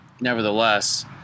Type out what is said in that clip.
nevertheless